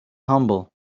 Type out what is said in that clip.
humble